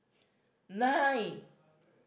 nine